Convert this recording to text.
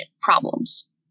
problems